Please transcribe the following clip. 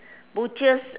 butchers